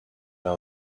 that